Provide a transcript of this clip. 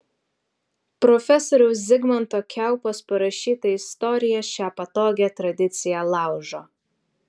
profesoriaus zigmanto kiaupos parašyta istorija šią patogią tradiciją laužo